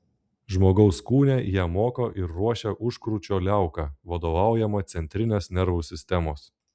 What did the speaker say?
žmogaus kūne ją moko ir ruošia užkrūčio liauka vadovaujama centrinės nervų sistemos